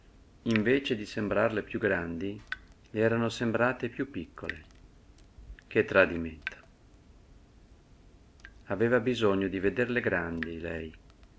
invece di sembrarle piú grandi le erano sembrate piú piccole che tradimento aveva bisogno di vederle grandi lei